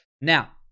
Now